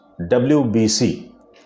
WBC